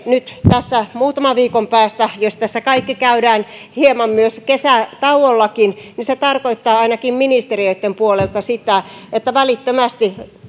tarkoittaa nyt tässä muutaman viikon päästä jos tässä me kaikki käymme myös hieman kesätauolla se tarkoittaa ainakin ministeriöitten puolelta sitä että välittömästi